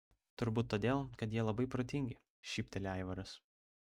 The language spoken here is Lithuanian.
turbūt todėl kad jie labai protingi šypteli aivaras